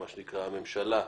מה שנקרא, הממשלה.